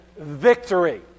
victory